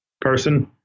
person